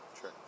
Sure